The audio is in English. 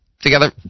together